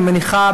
אני מניחה,